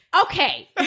Okay